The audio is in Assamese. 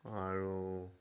আৰু